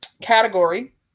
category